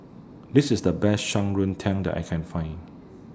This IS The Best Shan Tang that I Can Find